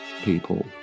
people